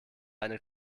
eine